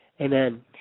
Amen